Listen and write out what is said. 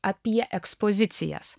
apie ekspozicijas